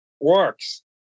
works